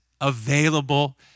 available